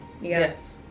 yes